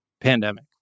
pandemic